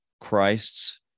christ's